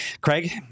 Craig